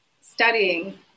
studying